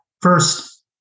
First